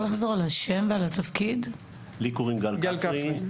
גל כפרי,